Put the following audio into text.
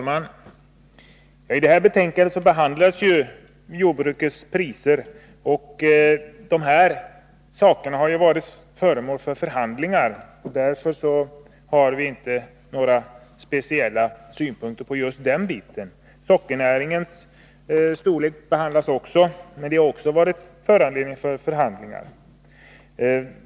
Herr talman! I detta betänkande behandlas ju priserna på jordbrukets produkter. Dessa saker har varit föremål för förhandlingar, och därför har vi inte några speciella synpunkter på just den biten. Sockernäringens storlek behandlas också, men även den frågan har varit föremål för förhandlingar.